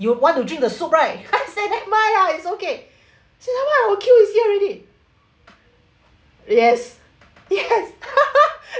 you want to drink the soup right I say never mind lah it's okay he say never mind our queue is here already yes yes